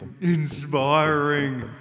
inspiring